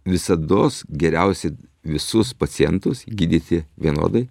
visados geriausiai visus pacientus gydyti vienodai